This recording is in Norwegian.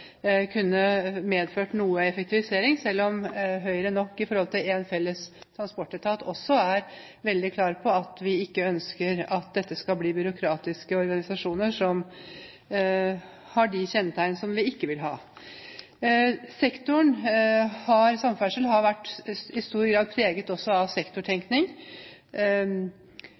kunne medført noe effektivisering, selv om Høyre i forhold til en felles transportetat nok også er veldig klare på at vi ikke ønsker at dette skal bli byråkratiske organisasjoner som har de kjennetegn som vi ikke vil ha. Samferdselssektoren har i stor grad også vært preget av sektortenkning.